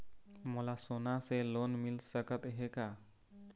मोला सोना से लोन मिल सकत हे का?